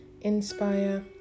inspire